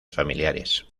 familiares